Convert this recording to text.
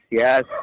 yes